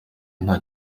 nta